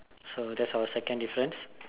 so that's our second difference